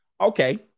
okay